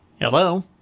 Hello